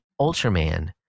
Ultraman